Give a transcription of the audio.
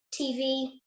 TV